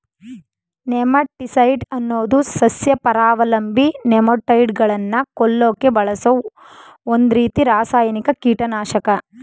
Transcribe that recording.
nematicide ಅನ್ನೋದು ಸಸ್ಯಪರಾವಲಂಬಿ ನೆಮಟೋಡ್ಗಳನ್ನ ಕೊಲ್ಲಕೆ ಬಳಸೋ ಒಂದ್ರೀತಿ ರಾಸಾಯನಿಕ ಕೀಟನಾಶಕ